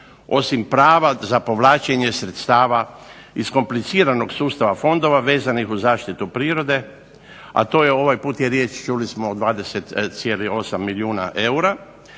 osim prava za povlačenje sredstava iz kompliciranog sustava fondova, vezanih uz zaštitu prirode, a to je, ovaj put je riječ čuli smo o 20,8 milijuna eura,